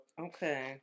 Okay